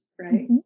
right